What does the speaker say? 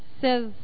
Says